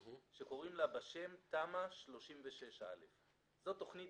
שקוראים לה בשם תמ"א 36א'. זו תוכנית